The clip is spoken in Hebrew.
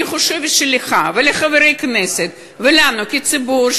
אני חושבת שלך ולחברי הכנסת ולנו כציבור,